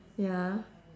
ya